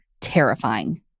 terrifying